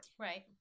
Right